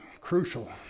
crucial